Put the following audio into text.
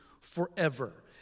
forever